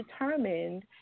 determined